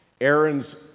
Aaron's